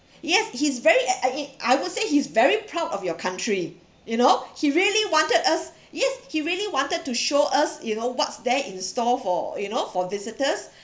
yes he's very I would say he's very proud of your country you know he really wanted us yes he really wanted to show us you know what's there in store for you know for visitors